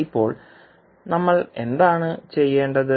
ഇപ്പോൾ നമ്മൾ എന്താണ് ചെയ്യേണ്ടത്